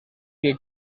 que